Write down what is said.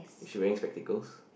is she wearing spectacles